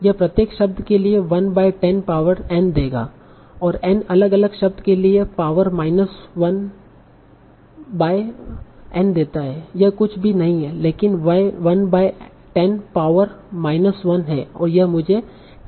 यह प्रत्येक शब्द के लिए 1 बाय 10 पावर N देगा और N अलग अलग शब्द के लिए पावर माइनस 1 बाय N देता है यह कुछ भी नहीं है लेकिन 1 बाय 10 पावर माइनस 1 है और यह मुझे 10 देगा